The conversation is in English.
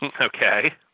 Okay